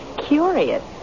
curious